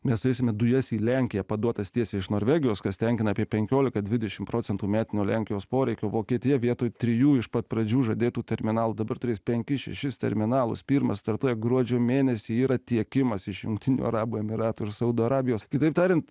mes turėsime dujas į lenkiją paduotas tiesiai iš norvegijos kas tenkina apie penkiolika dvidešim procentų metinio lenkijos poreikio vokietija vietoj trijų iš pat pradžių žadėtų terminalų dabar turės penkis šešis terminalus pirmas startuoja gruodžio mėnesį yra tiekimas iš jungtinių arabų emyratų ir saudo arabijos kitaip tariant